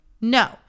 No